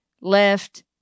left